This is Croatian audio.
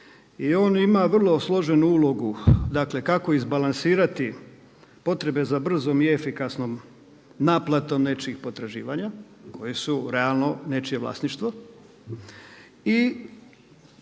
I on ima vrlo složenu ulogu, dakle kako izbalansirati potrebe za brzom i efikasnom naplatom nečijih potraživanje koje su realno nečije vlasništvo i